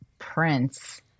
Prince